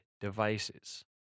devices